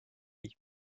lee